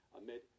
amid